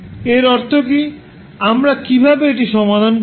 এর অর্থ কী আমরা কীভাবে এটি সমাধান করব